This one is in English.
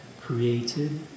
created